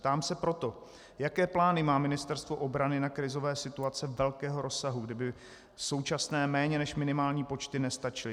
Ptám se proto, jaké plány má Ministerstvo obrany na krizové situace velkého rozsahu, kdyby současné méně než minimální počty nestačily.